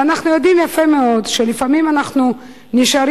ואנחנו יודעים יפה מאוד שלפעמים אנחנו נשארים,